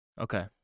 Okay